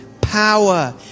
power